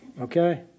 Okay